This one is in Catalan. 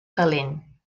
calent